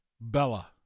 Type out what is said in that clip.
Bella